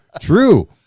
True